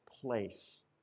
place